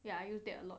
ya I use that a lot